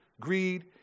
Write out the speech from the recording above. greed